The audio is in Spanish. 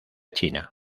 china